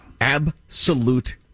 absolute